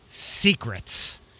Secrets